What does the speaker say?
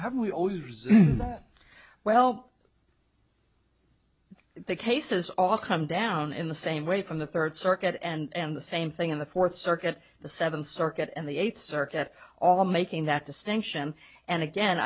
haven't we all used that well the cases all come down in the same way from the third circuit and the same thing on the fourth circuit the seventh circuit and the eighth circuit all making that distinction and again